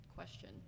Question